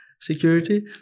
security